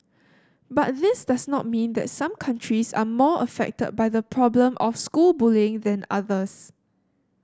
but this does not mean that some countries are more affected by the problem of school bullying than others